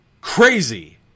crazy